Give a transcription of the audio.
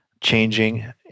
changing